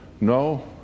no